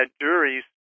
juries